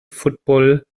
football